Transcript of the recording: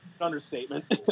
Understatement